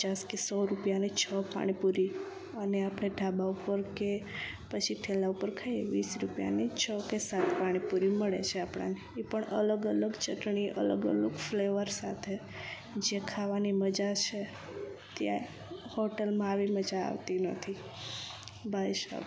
પચાસ કે સો રૂપિયાની છ પાણીપુરી અને આપણે ઢાબા ઉપર કે પછી ઠેલા ઉપર ખાઈએ વીસ રૂપિયાની છ કે સાત પાણીપુરી મળે છે આપણને એ પણ અલગ અલગ ચટણી અલગ અલગ ફ્લેવર સાથે જે ખાવાની મજા છે ત્યાં હોટલમાં આવી મજા આવતી નથી ભાઈસાબ